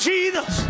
Jesus